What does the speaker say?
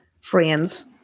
friends